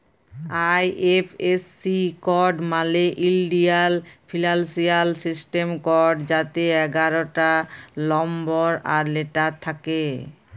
IFSC code মালে ইলডিয়াল financial system code যাতে এগারটা লম্বর আর লেটার থ্যাকে